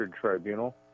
tribunal